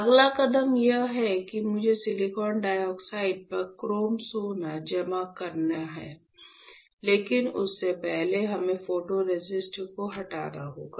अगला कदम यह है कि मुझे सिलिकॉन डाइऑक्साइड पर क्रोम सोना जमा करना है लेकिन उससे पहले हमें फोटोरेसिस्ट को हटाना होगा